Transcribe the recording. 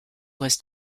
was